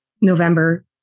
November